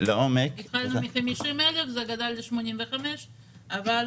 התחלנו עם 50,000. זה גדל ל-85,000.